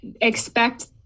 expect